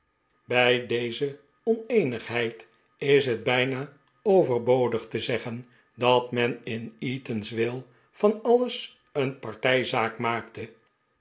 bij deze oneenigheid is net bijna overbodig te zeggen dat men in eatanswill van alles een partijzaak maakte